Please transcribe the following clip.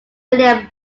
william